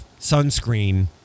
sunscreen